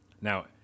Now